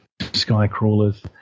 Skycrawlers